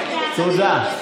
תודה.